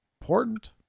important